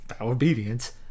obedience